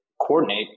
coordinate